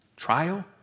Trial